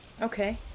Okay